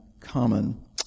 common